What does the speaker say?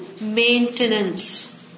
Maintenance